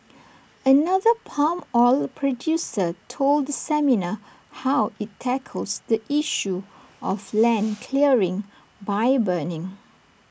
another palm oil producer told the seminar how IT tackles the issue of land clearing by burning